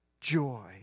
joy